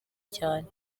cyane